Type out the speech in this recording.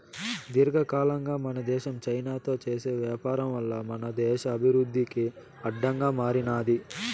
దీర్ఘకాలంగా మన దేశం చైనాతో చేసే వ్యాపారం వల్ల మన దేశ అభివృద్ధికి అడ్డంగా మారినాది